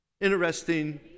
Interesting